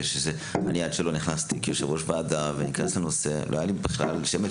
עד שלא נכנסתי לנושא לא היה לי בכלל שמץ